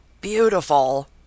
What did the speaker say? Beautiful